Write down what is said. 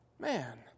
Man